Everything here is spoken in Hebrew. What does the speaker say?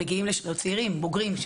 בוגרים,